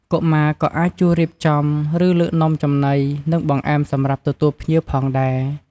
កុមារក៏អាចជួយរៀបចំ ឬលើកនំចំណី និងបង្អែមសម្រាប់ទទួលភ្ញៀវផងដែរ។